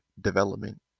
development